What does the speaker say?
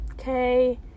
okay